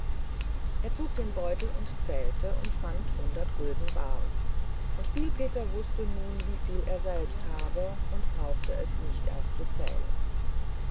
er zog den beutel und zählte und fand hundert gulden bar und spiel peter wußte nun wieviel er selbst habe und brauchte es nicht erst zu zählen